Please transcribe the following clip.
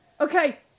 okay